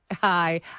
Hi